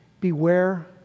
Beware